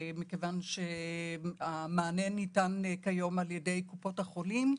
מכיוון שהמענה ניתן על ידי קופות החולים,